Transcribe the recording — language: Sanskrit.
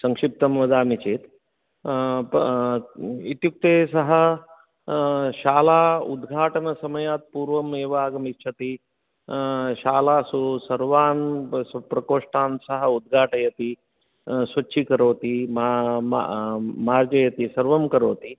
संक्षिप्तं वदामि चेत् इत्युक्ते सः शाला उद्घाटनसमयात् पूर्वमेव आगमिष्यति शालासु सर्वान् प्रकोष्टान् सः उद्घाटयति स्वच्छीकरोति मार्जयति सर्वं करोति